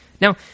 Now